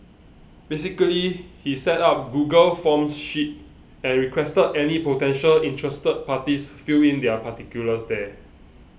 basically he set up a Google Forms sheet and requested any potentially interested parties fill in their particulars there